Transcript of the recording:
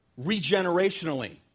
regenerationally